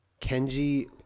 Kenji